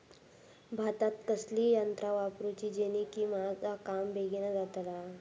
भातात कसली यांत्रा वापरुची जेनेकी माझा काम बेगीन जातला?